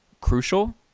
crucial